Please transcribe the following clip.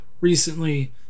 recently